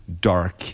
dark